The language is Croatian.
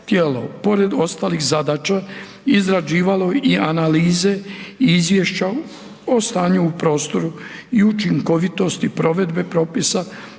pored ostalih zadaća izrađivalo i analize i izvješća o stanju u prostoru i učinkovitosti provedbe propisa